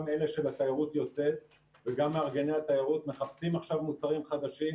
גם אלה של תיירות יוצאת וגם מארגני התיירות מחפשים עכשיו מוצרים חדשים,